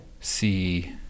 see